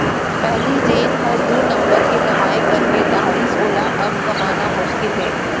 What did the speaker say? पहिली जेन हर दू नंबर के कमाई कर डारिस वोला अब कमाना मुसकिल हे